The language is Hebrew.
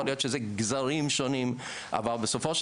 יכול להיות שזה גזרים שונים אבל בסופו של